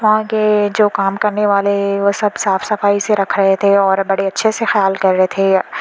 وہاں کے جو کام کرنےوالے وہ سب صاف صفائی سے رکھ رہے تھے اور بڑے اچھے سے خیال کر رہے تھے